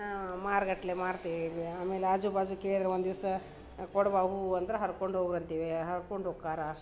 ಮಾರುಗಟ್ಲೆ ಮಾರ್ತೀವಿ ಇಲ್ಲಿ ಆಮೇಲೆ ಆಜುಬಾಜು ಕೇಳಿದರೆ ಒಂದು ದಿವಸ ಕೊಡವ್ವ ಹೂವು ಅಂದ್ರೆ ಹರ್ಕೊಂಡು ಹೋಗಿ ಅಂತೀವಿ ಹರ್ಕೊಂಡು ಹೋಕ್ಕಾರ